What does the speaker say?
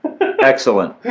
Excellent